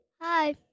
hi